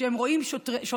כשהם רואים שוטר,